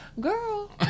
girl